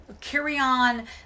carry-on